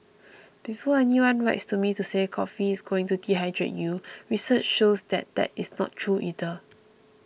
before anyone writes to me to say coffee is going to dehydrate you research shows that there is not true either